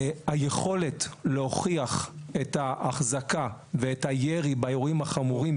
היכולת להוכיח את ההחזקה ואת הירי באירועים החמורים,